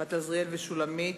בת עזריאל ושולמית,